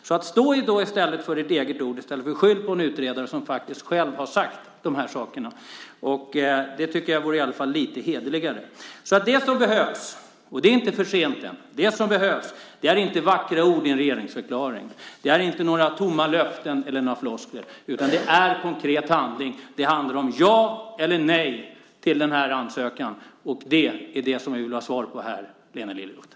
Stå för ditt eget ord i stället för att skylla på en utredare som själv har sagt dessa saker. Det vore i alla fall lite hederligare. Det som behövs - det är inte för sent än - är inte vackra ord i en regeringsförklaring, inte tomma löften eller floskler, utan det är konkret handling. Det handlar om ja eller nej till ansökan. Det är det jag vill ha svar på här, Lena Liljeroth.